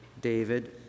David